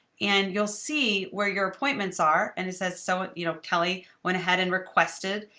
and you'll see where your appointments are. and it says, so you know kelly, went ahead and requested.